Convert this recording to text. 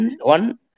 one